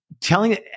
Telling